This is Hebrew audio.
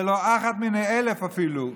זה לא אחד מיני אלף אפילו.